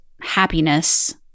happiness